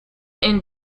and